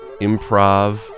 improv